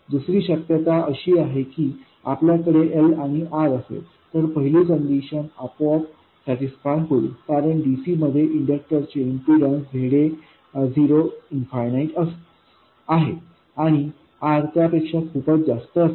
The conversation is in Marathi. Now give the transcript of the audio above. दुसरी शक्यता अशी आहे की आपल्याकडे L आणि R असेल तर पहिली कंडिशन आपोआप सॅटिस्फाय होईल कारण dc मध्ये इन्डक्टर चे इम्पीडन्स Za इन्फनिट असते आहे आणि R त्यापेक्षा खूप जास्त असेल